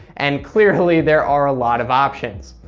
and clearly, there are a lot of options.